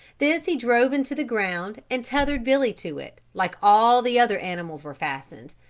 this he drove into the ground and tethered billy to it, like all the other animals were fastened.